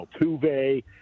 Altuve